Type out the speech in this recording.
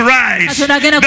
rise